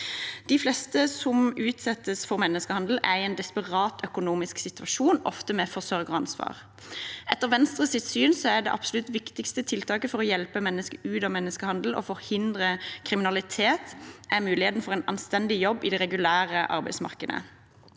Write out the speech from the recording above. De fleste som utsettes for menneskehandel, er i en desperat økonomisk situasjon, ofte med forsørgeransvar. Etter Venstres syn er det absolutt viktigste tiltaket for å hjelpe mennesker ut av menneskehandel og forhindre kriminalitet muligheten for en anstendig jobb i det regulære arbeidsmarkedet.